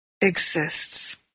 exists